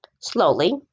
slowly